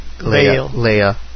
Leia